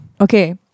Okay